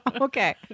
Okay